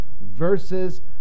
versus